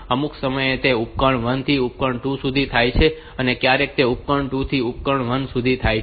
અમુક સમયે તે ઉપકરણ 1 થી ઉપકરણ 2 સુધી થાય છે અને ક્યારેક તે ઉપકરણ 2 થી ઉપકરણ 1 સુધી થાય છે